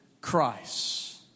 Christ